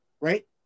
Right